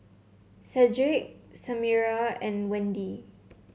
Cedric Samira and Wende